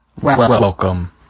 Welcome